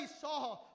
saw